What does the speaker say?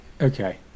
okay